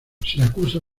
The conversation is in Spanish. siracusa